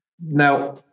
Now